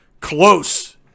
close